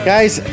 Guys